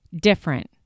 different